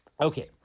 Okay